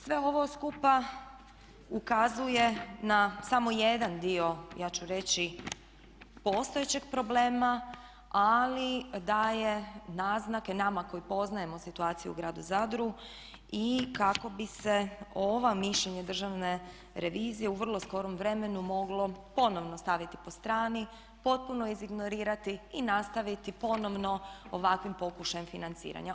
Sve ovo skupa ukazuje na samo jedan dio ja ću reći postojećeg problema ali daje naznake nama koji poznajemo situaciju u gradu Zadru i kako bi se ova mišljenja Državne revizije u vrlo skorom vremenu moglo ponovno staviti po strani, potpuno izignorirati i nastaviti ponovno ovakvim pokušajem financiranja.